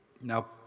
Now